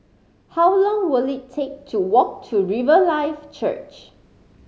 how long will it take to walk to Riverlife Church